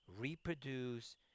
reproduce